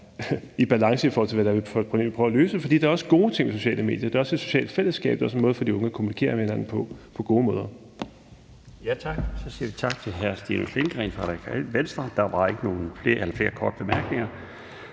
i balance i forhold til det, vi prøver at løse. For der er også gode ting ved sociale medier, der er også et socialt fællesskab, og det er også en måde for de unge at kommunikere med hinanden på på gode måder. Kl. 16:25 Den fg. formand (Bjarne Laustsen): Så siger vi tak til hr. Stinus Lindgreen fra Radikale Venstre. Der er ikke flere korte bemærkninger.